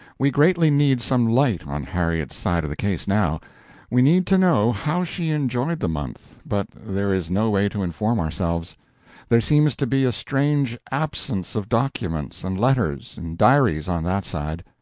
we greatly need some light on harriet's side of the case now we need to know how she enjoyed the month, but there is no way to inform ourselves there seems to be a strange absence of documents and letters and diaries on that side.